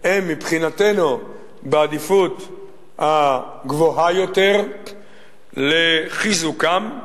הם מבחינתנו בעדיפות הגבוהה יותר לחיזוקם,